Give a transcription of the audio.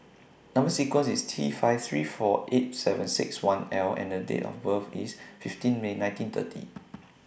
Number sequence IS T five three four eight seven six one L and The Date of birth IS fifteen May nineteen thirty